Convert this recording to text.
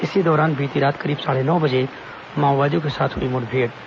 इसी दौरान बीती रात करीब साढ़े नौ बजे माओवादियों के साथ मुठभेड़ हुई